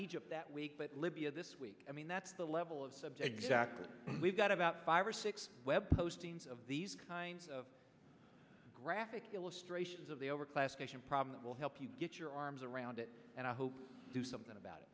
egypt that week but libya this week i mean that's the level of subject we've got about five or six web postings of these kinds of graphic illustrations of the a class action problem that will help you get your arms around it and i hope to something about